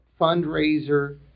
fundraiser